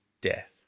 death